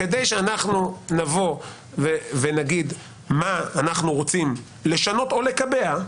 כדי שאנחנו נגיד מה אנחנו רוצים לשנות או לקבע,